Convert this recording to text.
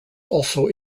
also